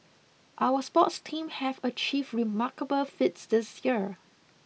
our sports team have achieve remarkable feats this year